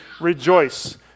rejoice